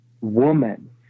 woman